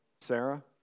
Sarah